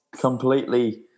completely